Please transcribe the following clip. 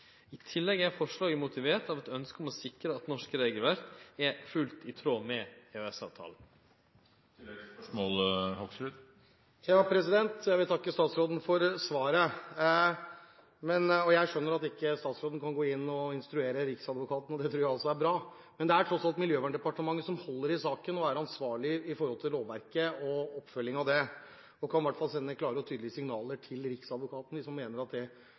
I tillegg er forslaget motivert av eit ønske om å sikre at norsk regelverk er fullt ut i tråd med EØS-avtala. Jeg vil takke statsråden for svaret. Jeg skjønner at statsråden ikke kan gå inn og instruere Riksadvokaten, og det tror jeg også er bra. Men det er tross alt Miljøverndepartementet som holder i saken og er ansvarlig for lovverket og oppfølging av det, og man kan i hvert fall sende klare og tydelige signaler til Riksadvokaten, hvis man mener at